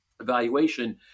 evaluation